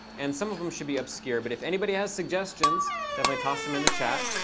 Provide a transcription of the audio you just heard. and some of them should be obscure. but if anybody has suggestions, definitely toss them in the chat.